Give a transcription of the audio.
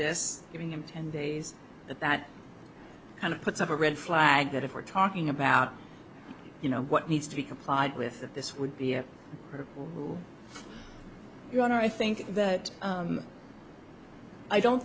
this giving him ten days that that kind of puts up a red flag that if we're talking about you know what needs to be complied with that this would be a part of your honor i think that i don't